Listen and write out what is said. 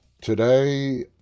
Today